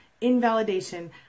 Invalidation